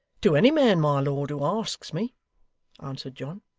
to any man, my lord, who asks me answered john.